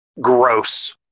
gross